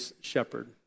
shepherd